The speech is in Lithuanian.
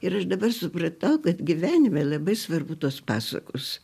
ir aš dabar supratau kad gyvenime labai svarbu tos pasakos